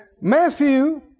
Matthew